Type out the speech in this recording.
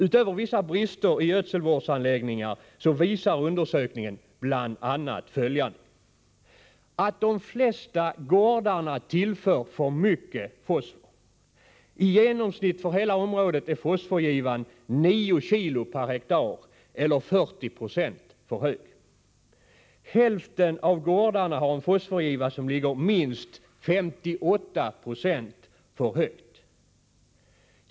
Utöver vissa brister i gödselvårdsanläggningar visar undersökningen bl.a. följande: i De flesta gårdarna tillför alltför mycket fosfor. I genomsnitt för hela området är fosforgivan 9 kilo per hektar eller 40 26 för hög. Hälften av gårdarna har en fosforgiva som ligger minst 58 20 för högt.